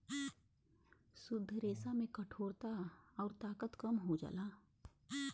शुद्ध रेसा में कठोरता आउर ताकत कम हो जाला